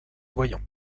voyants